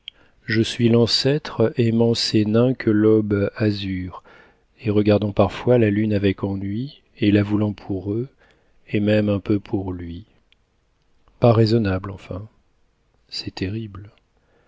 je suis l'ancêtre aimant ces nains que l'aube azure et regardant parfois la lune avec ennui et la voulant pour eux et même un peu pour lui pas raisonnable enfin c'est terrible